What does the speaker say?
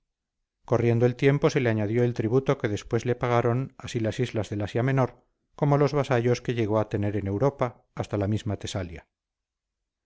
corriendo el tiempo se le añadió el tributo que después le pagaron así las islas del asia menor como los vasallos que llegó a tener en europa hasta la misma tesalia